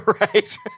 Right